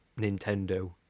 Nintendo